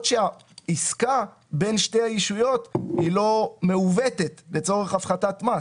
שהעסקה בין שתי הישויות היא לא מעוותת לצורך הפחתת מס.